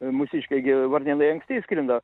mūsiškiai gi varnėnai anksti išskrenda